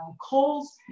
coals